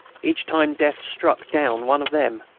each time death struck down one of them,